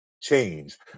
Change